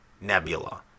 Nebula